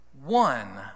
One